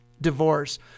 divorce